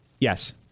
Yes